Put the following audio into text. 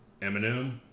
Eminem